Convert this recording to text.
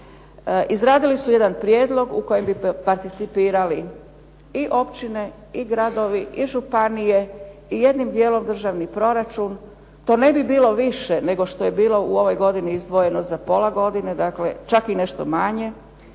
Izradili su jedan prijedlog u kojem bi participirali i općine i gradovi i županije i jednim dijelom državni proračun. To ne bi bilo više nego što je bilo u ovoj godini izdvojeno za pola godine, čak i nešto manje.